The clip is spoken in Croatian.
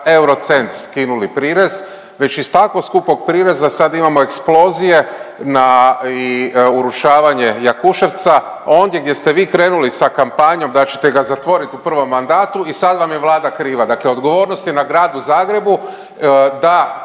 euro/cent skinuli prirez već iz tako skupog prireza sad imamo eksplozije i urušavanje Jakuševca. Onda gdje ste vi krenuli sa kampanjom da ćete ga zatvorit u prvom mandatu i sad vam je Vlada kriva. Dakle, odgovornost je na Gradu Zagrebu da